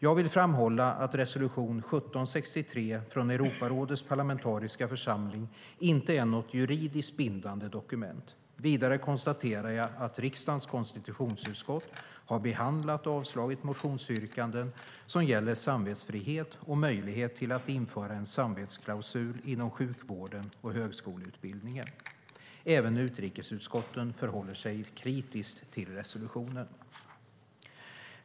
Jag vill framhålla att resolution 1763 från Europarådets parlamentariska församling inte är något juridiskt bindande dokument. Vidare konstaterar jag att riksdagens konstitutionsutskott har behandlat och avslagit motionsyrkanden som gäller samvetsfrihet och möjlighet att införa en samvetsklausul inom sjukvården och högskoleutbildningen. Även utrikesutskottet förhåller sig kritiskt till resolutionen.